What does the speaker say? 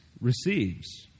receives